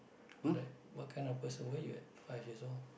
what~ what kind of person were you at five years old